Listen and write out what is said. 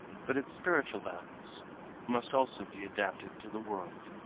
but its spiritual values must also be adapted to the world.